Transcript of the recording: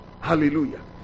hallelujah